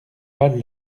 pas